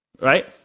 Right